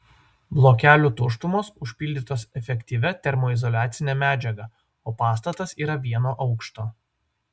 blokelių tuštumos užpildytos efektyvia termoizoliacine medžiaga o pastatas yra vieno aukšto